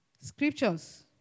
scriptures